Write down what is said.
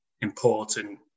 important